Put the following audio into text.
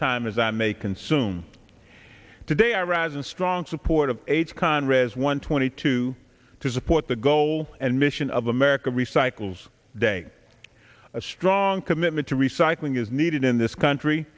time as i may consume today i rise in strong support of aids conrad as one twenty two to support the goal and mission of america recycles day a strong commitment to recycling is needed in this country